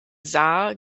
saar